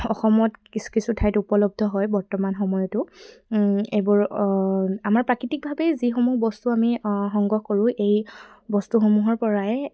অসমত কিছু কিছু ঠাইত উপলব্ধ হয় বৰ্তমান সময়তো এইবোৰ আমাৰ প্ৰাকৃতিকভাৱেই যিসমূহ বস্তু আমি সংগ্ৰহ কৰোঁ এই বস্তুসমূহৰ পৰাই